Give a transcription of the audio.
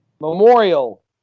Memorial